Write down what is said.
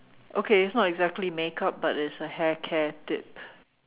okay it's not exactly makeup but it's a hair care tip